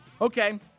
Okay